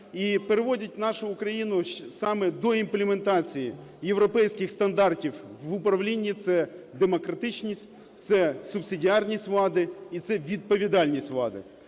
переводить нашу Україну саме до імплементації європейських стандартів в управлінні: це демократичність, це субсидіарність влади і це відповідальність влади.